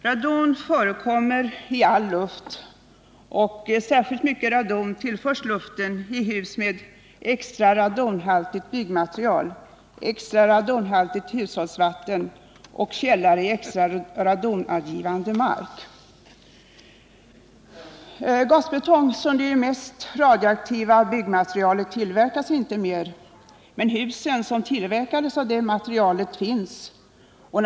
Radon förekommer i all luft och särskilt mycket radon tillförs luften i hus med extra radonhaltigt byggmaterial, extra radonhaltigt hushållsvatten och källare i extra radonavgivande mark. Gasbetong, som ju är det mest radioaktiva byggmaterialet, tillverkas inte mer, men de hus som tillverkades av det materialet finns kvar.